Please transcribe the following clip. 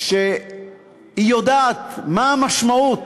שיודעת מה המשמעות